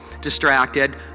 distracted